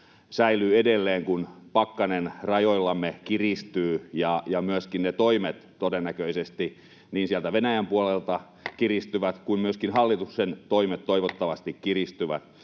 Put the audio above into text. säilyy edelleen, kun pakkanen rajoillamme kiristyy ja myöskin ne toimet todennäköisesti sieltä Venäjän puolelta kiristyvät, niin silloin myöskin hallituksen toimet toivottavasti kiristyvät.